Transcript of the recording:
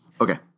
Okay